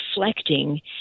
reflecting